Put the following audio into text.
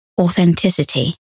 authenticity